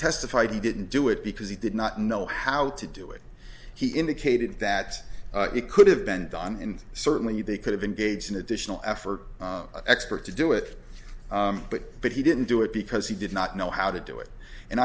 testified he didn't do it because he did not know how to do it he indicated that it could have been done and certainly they could have engaged in additional effort expert to do it but he didn't do it because he did not know how to do it and